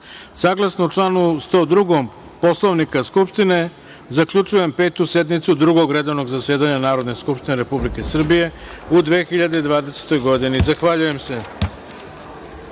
zakona. Saglasno članu 102. Poslovnika Skupštine, zaključujem Petu sednicu Drugog redovnog zasedanja Narodne skupštine Republike Srbije u 2020. godini. Zahvaljujem